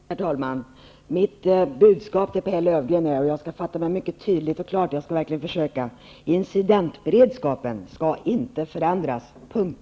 Herr talman! Jag vidhåller vad jag har sagt i mitt anförande. Jag hoppas nu att flygvapnet skall få fortsätta att försvara det här landet.